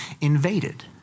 invaded